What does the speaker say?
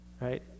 right